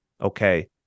okay